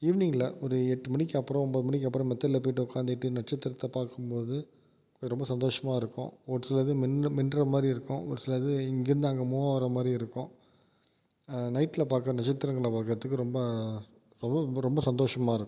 ஈவினிங்கில் ஒரு எட்டு மணிக்கு அப்பறம் ஒம்பது மணிக்கு அப்பறம் மெத்தையில் போயிட்டு உட்காந்துட்டு நட்சத்திரத்தை பார்க்கும்போது ரொம்ப சந்தோஷமா இருக்கும் ஒருசிலது மின்னு மின்சாரமாரி இருக்கும் ஒருசிலது இங்கேருந்து அங்க மூவ் ஆகுற மாதிரி இருக்கும் நைட்டில் பார்க்க நட்சத்திரங்களை பார்க்கறத்துக்கு ரொம்ப அவ்வளோ ரொம்ப சந்தோஷமா இருக்கும்